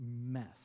mess